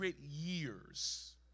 years